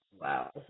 Wow